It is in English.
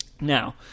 Now